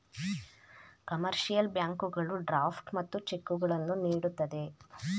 commercial ಬ್ಯಾಂಕುಗಳು draft ಮತ್ತು ಚೆಕ್ಕುಗಳನ್ನು ನೀಡುತ್ತದೆ